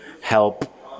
help